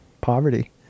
poverty